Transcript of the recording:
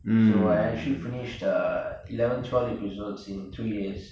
so I actually finished a eleven twelve episodes in three days